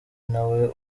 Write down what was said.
nawe